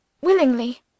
Willingly